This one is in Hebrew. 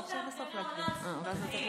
זכות ההפגנה עולה על זכות החיים.